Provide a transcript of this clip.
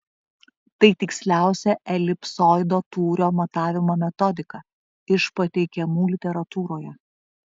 tai tiksliausia elipsoido tūrio matavimo metodika iš pateikiamų literatūroje